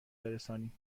برسانیم